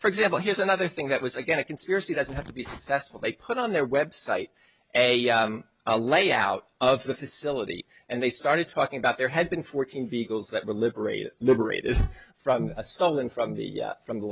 for example here's another thing that was again a conspiracy doesn't have to be successful they put on their website a a layout of the facility and they started talking about there had been fourteen vehicles that were liberated liberated from a stolen from the from the